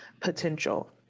potential